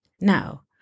Now